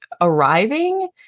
arriving